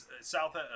South